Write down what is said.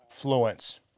Fluence